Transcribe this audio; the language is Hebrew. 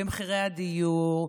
במחירי הדיור,